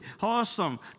awesome